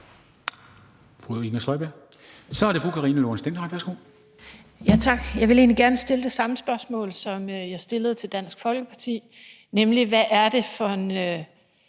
Så er det fru Karina Lorenzen Dehnhardt. Værsgo.